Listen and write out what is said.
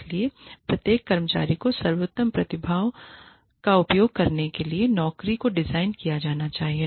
इसलिए प्रत्येक कर्मचारी की सर्वोत्तम प्रतिभाओं का उपयोग करने के लिए नौकरी को डिजाइन किया जाना चाहिए